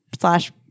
slash